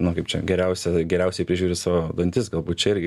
nu kaip čia geriausia geriausiai prižiūri savo dantis galbūt čia irgi